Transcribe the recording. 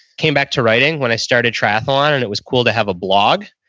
came back to writing when i started triathlon and it was cool to have a blog.